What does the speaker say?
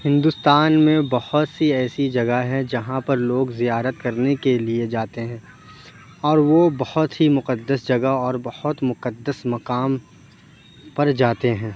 ہندوستان میں بہت سی ایسی جگہ ہے جہاں پر لوگ زیارت کرنے کے لیے جاتے ہیں اور وہ بہت ہی مقدس جگہ اور بہت مقدس مقام پر جاتے ہیں